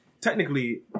Technically